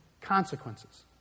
consequences